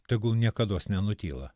tegul niekados nenutyla